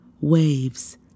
Waves